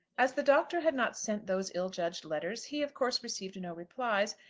as the doctor had not sent those ill-judged letters he of course received no replies,